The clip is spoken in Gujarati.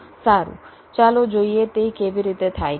સારું ચાલો જોઈએ કે તે કેવી રીતે થાય છે